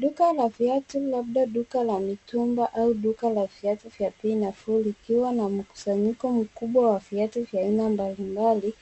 Duka la viatu labda duka la mitumba au duka la viatu vya bei nafuu, likiwa na mkusanyiko mkubwa wa viatu vya aina mbalimbali.